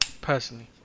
Personally